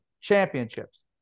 championships